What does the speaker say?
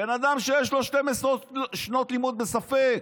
בן אדם שיש לו 12 שנות לימוד בספק.